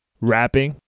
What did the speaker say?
Rapping